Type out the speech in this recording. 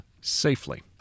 safely